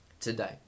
today